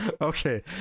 Okay